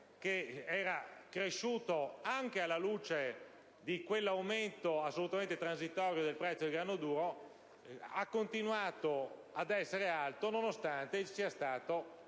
che era cresciuto anche alla luce di quell'aumento assolutamente transitorio del prezzo del grano duro, si è mantenuto alto, nonostante ci sia stato